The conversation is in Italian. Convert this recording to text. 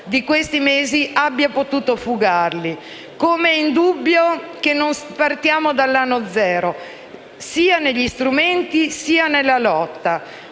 di questi mesi, abbia potuto fugarli. Come è indubbio che non partiamo dall'anno zero sia negli strumenti sia nella lotta.